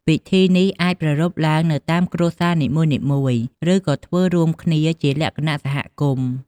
ពិធីនេះអាចប្រារព្ធឡើងនៅតាមគ្រួសារនីមួយៗ ឬក៏ធ្វើរួមគ្នាជាលក្ខណៈសហគមន៍។